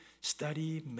study